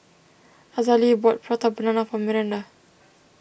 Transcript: Azalee bought Prata Banana for Miranda